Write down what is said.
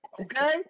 Okay